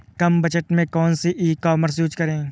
कम budget में कौन सी ई कॉमर्स यूज़ करें?